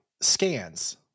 scans